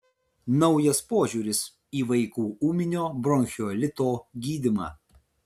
naujas požiūris į vaikų ūminio bronchiolito gydymą